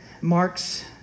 Mark's